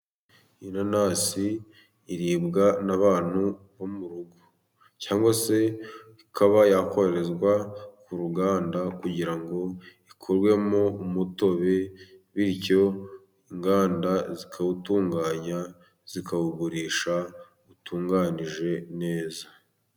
Inanasi iribwa n'abantu bo mu rugo, cyangwa se ikaba yakoherezwa ku ruganda, kugira ngo ikurwemo umutobe, bityo inganda zikawutunganya, zikawugurisha utunganije neza.